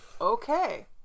okay